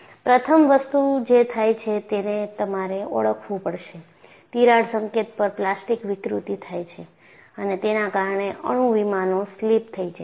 પ્રથમ વસ્તુ જે થાય છે તેને તમારે ઓળખવું પડશે તિરાડ સંકેત પર પ્લાસ્ટિક વિકૃતિ થાય છે અને તેના કારણે અણુ વિમાનો સ્લિપ થઇ જાય છે